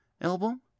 album